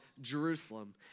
Jerusalem